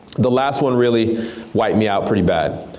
the last one really wiped me out pretty bad.